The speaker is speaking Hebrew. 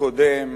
קודם